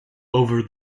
over